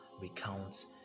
recounts